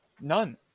None